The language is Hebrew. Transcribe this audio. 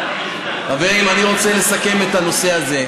חברים, אני רוצה לסכם את הנושא הזה.